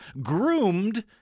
groomed